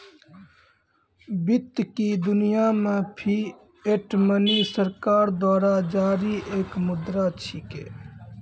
वित्त की दुनिया मे फिएट मनी सरकार द्वारा जारी एक मुद्रा छिकै